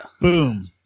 Boom